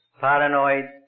paranoid